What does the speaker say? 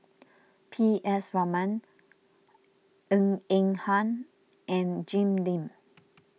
P S Raman Ng Eng Hen and Jim Lim